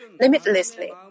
limitlessly